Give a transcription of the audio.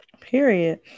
period